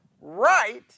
right